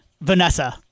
Vanessa